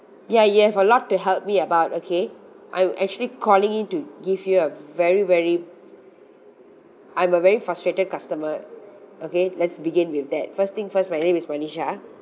ya you have a lot to help me about okay I'm actually calling in to give you a very very I'm a very frustrated customer okay let's begin with that first thing first my name is manisha